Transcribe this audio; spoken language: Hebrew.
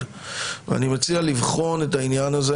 אני מציע לבחון את העניין הזה,